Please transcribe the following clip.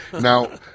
Now